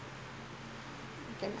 okay